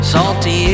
Salty